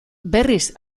berriz